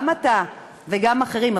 גם אתה וגם אחרים,